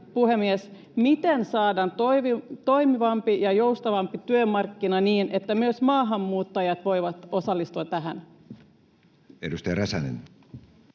miten saadaan toimivampi ja joustavampi työmarkkina, niin että myös maahanmuuttajat voivat osallistua tähän? Edustaja Räsänen.